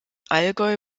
allgäu